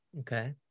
Okay